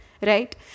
right